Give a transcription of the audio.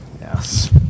Yes